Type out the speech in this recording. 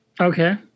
Okay